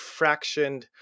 fractioned